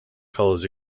colours